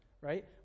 right